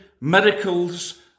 miracles